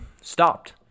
stopped